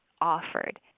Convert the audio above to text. offered